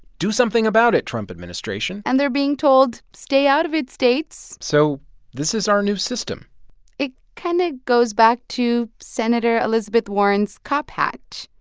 do something about it, trump administration and they're being told, stay out of it, states so this is our new system it kind of goes back to senator elizabeth warren's cop hat.